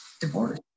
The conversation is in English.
divorce